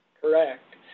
Correct